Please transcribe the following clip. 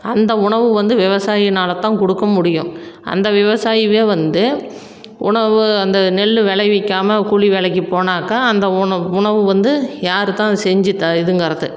அந்த உணவு வந்து விவசாயினால் தான் கொடுக்க முடியும் அந்த விவசாயியவே வந்து உணவு அந்த நெல் விளைவிக்காம கூலி வேலைக்கு போனாக்கா அந்த உண உணவு வந்து யார் தான் செஞ்சு த இதுங்கிறது